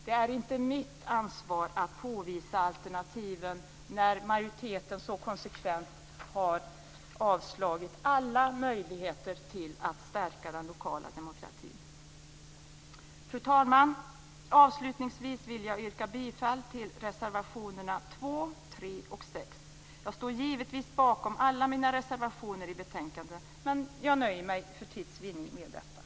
Det är inte mitt ansvar att visa på alternativen när majoriteten så konsekvent har föreslagit avslag på alla möjligheter att stärka den lokala demokratin. Fru talman! Avslutningsvis yrkar jag bifall till reservationerna 2, 3 och 6. Jag står givetvis bakom alla mina reservationer i betänkandet, men jag nöjer mig för tids vinnande med detta.